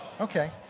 Okay